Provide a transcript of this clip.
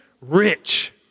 rich